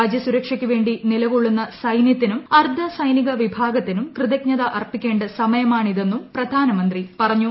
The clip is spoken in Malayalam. രാജൃസുരക്ഷിയ്ക്കുവേണ്ടി ന്നിലക്കൊള്ളുന്ന സൈന്യത്തിനും അർദ്ധസൈനിക വിഭാഗത്തിനും കൃതജ്ഞത അർപ്പിക്കേണ്ട സമയമാണിതെന്നും പ്രധാന്യമ്പ്രി പറഞ്ഞു